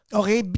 okay